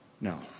No